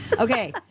Okay